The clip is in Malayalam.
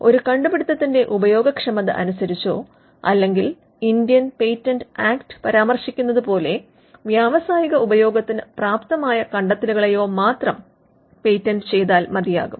ഒരു കണ്ടുപിടുത്തത്തിന്റെ ഉപയോഗക്ഷമത അനുസരിച്ചോ അല്ലെങ്കിൽ ഇന്ത്യൻ പേറ്റന്റ് ആക്ടിൽ പരാമർശിക്കുന്നത് പോലെ വ്യാവസായിക ഉപയോഗത്തിന് പ്രാപ്തമായ കണ്ടെത്തലുകളെയോ മാത്രം പേറ്റന്റ് ചെയ്താൽ മതിയാകും